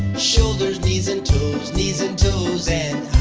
shoulders knees and toes, knees and toes. and